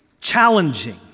challenging